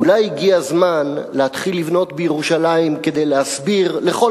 אולי הגיע הזמן להתחיל לבנות בירושלים כדי להסביר לכל